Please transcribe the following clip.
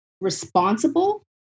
responsible